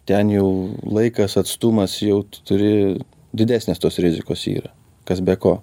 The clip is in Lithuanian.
ten jau laikas atstumas jau tu turi didesnės tos rizikos yra kas be ko